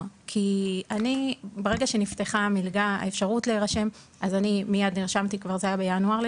כי ברגע שנפתחה המלגה לרישום בערך בינואר,